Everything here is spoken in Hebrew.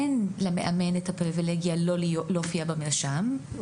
אין למאמן את הפריווילגיה לא להופיע במרשם;